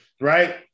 right